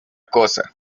cosa